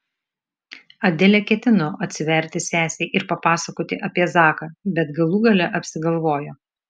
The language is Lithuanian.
adelė ketino atsiverti sesei ir papasakoti apie zaką bet galų gale apsigalvojo